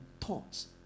thoughts